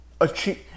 achieve